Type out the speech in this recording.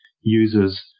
users